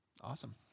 Awesome